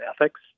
ethics